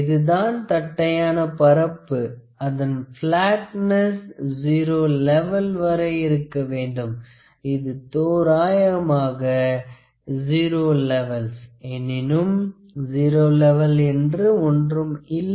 இதுதான் தட்டையான பரப்பு அதன் பிளாட்னஸ் ஸிரோ லெவல் வரை இருக்க வேண்டும் அது தோராயமாக ஸிரோ லெவல்ஸ் எனினும் ஸிரோ லெவல் என்று ஒன்று இல்லை